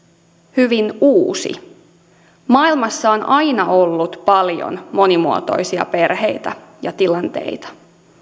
hyvin uusi maailmassa on aina ollut paljon monimuotoisia perheitä ja tilanteita